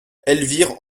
elvire